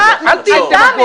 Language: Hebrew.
אל תהיי דמגוגית.